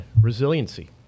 resiliency